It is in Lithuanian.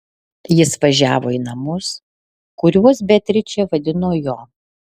jis važiavo į namus kuriuos beatričė vadino jo